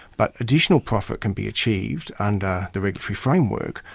but additional profit can be achieved under the regulatory framework,